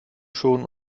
schonen